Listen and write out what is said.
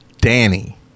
Danny